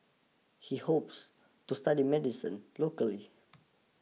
he hopes to study medicine locally